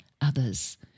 others